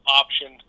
option